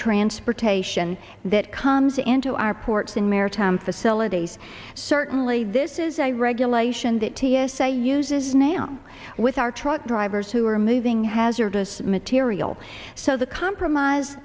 transportation that comes into our ports in maritime facilities certainly this is a regulation that t s a uses now with our truck drivers who are moving hazardous material so the compromise